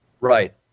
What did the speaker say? Right